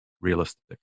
realistic